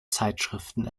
zeitschriften